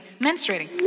menstruating